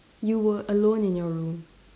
you were alone in your room